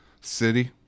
city